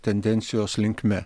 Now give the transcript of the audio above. tendencijos linkme